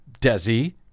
Desi